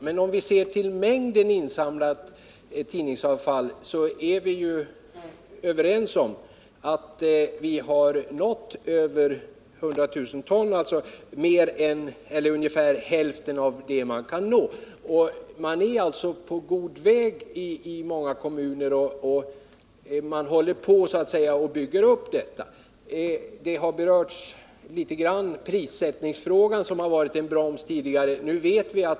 Men om vi ser till mängden insamlat tidningsavfall, så är vi ju överens om att vi har nått över 100 000 ton — alltså ungefär hälften av det vi kan nå. Man är således på god väg i många kommuner, och man håller på att bygga upp detta. Prissättningsfrågan, som varit en broms tidigare, har berörts litet grand.